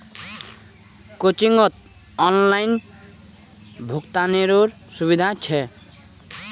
कोचिंगत ऑनलाइन भुक्तानेरो सुविधा छेक